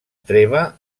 treva